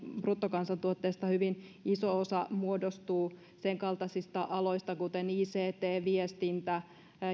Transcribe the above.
bruttokansantuotteesta hyvin iso osa muodostuu senkaltaisista aloista kuten ict viestintä